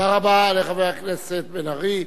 תודה רבה לחבר הכנסת בן-ארי.